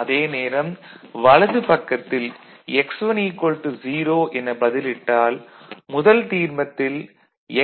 அதே நேரம் வலதுப் பக்கத்தில் x1 0 எனப் பதிலிட்டால் முதல் தீர்மத்தில்